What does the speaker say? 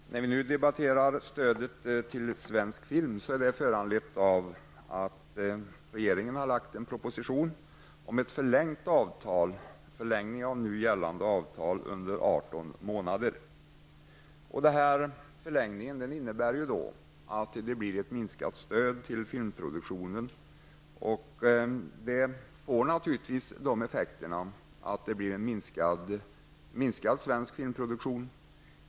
Herr talman! När vi nu debatterar stödet till svensk film är det föranlett av att regeringen har lagt fram en proposition om en förlängning av nu gällande avtal under 18 månader. Den förlängningen innebär att det blir ett minskat stöd till filmproduktionen. Det får naturligtvis den effekten att det blir en minskad svensk filmproduktion.